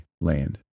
land